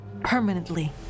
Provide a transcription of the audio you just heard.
Permanently